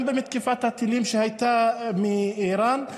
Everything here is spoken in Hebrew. גם במתקפת הטילים שהייתה מאיראן.